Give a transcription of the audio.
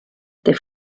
este